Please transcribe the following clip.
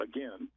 Again